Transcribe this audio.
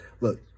Look